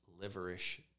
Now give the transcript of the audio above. liverish